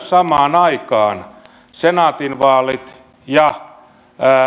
samaan aikaan myös senaatin vaalit ja